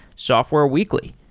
software weekly.